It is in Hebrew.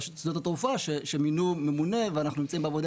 רשות שדות התעופה שמינו ממונה ואנחנו נמצאים בעבודה